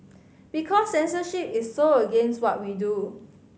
because censorship is so against what we do